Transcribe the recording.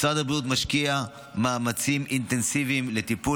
משרד הבריאות משקיע מאמצים אינטנסיביים לטיפול